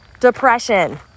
depression